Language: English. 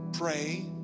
pray